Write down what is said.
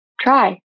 try